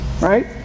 right